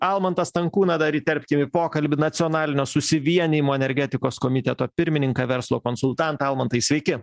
almantą stankūną dar įterpkim į pokalbį nacionalinio susivienijimo energetikos komiteto pirmininką verslo konsultantą almantai sveiki